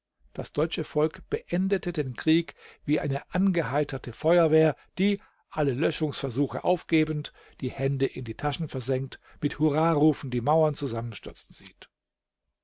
das deutsche volk beendete den krieg wie eine angeheiterte feuerwehr die alle löschungsversuche aufgebend die hände in die taschen versenkt mit hurrarufen die mauern zusammenstürzen sieht